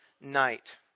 night